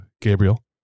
gabriel